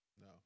No